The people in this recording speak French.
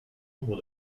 nombre